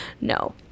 No